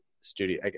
studio